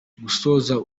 gusoza